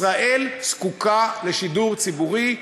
ישראל זקוקה לשידור ציבורי.